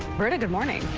pretty good morning.